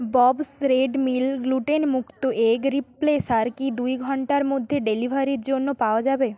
Bob's red mill গ্লুটেনমুক্ত egg replacer কি দুই ঘন্টার মধ্যে ডেলিভারির জন্য পাওয়া যাবে